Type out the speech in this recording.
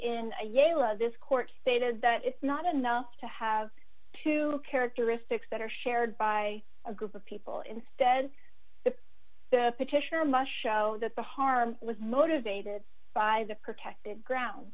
law this court stated that it's not enough to have two characteristics that are shared by a group of people instead the petitioner must show that the harm was motivated by the protected ground